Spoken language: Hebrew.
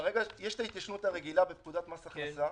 יש התיישנות רגילה בפקודת מס הכנסה,